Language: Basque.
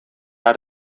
har